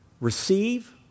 receive